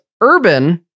urban